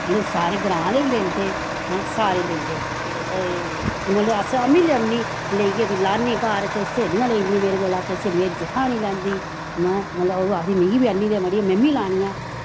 मतलव सारे ग्रांऽ अह्ले बी लेंदे हैं सारे लेंदे ते मतलव अस अमी लेऔनी लेई ऐ फ्ही लान्नी घर किश स्हेलियां लेई जंदियां मेरे कोला किश मेरी जठानी लैंदी मतलव ओह् आखदी मिगी बी आनी दे मड़िये में बी लानियां